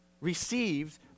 received